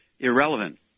irrelevant